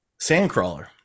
Sandcrawler